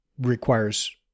requires